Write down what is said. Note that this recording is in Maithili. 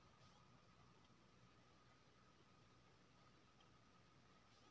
उन सँ साल, स्वेटर, मफलर आ टोपी बनाए बजार मे बेचल जाइ छै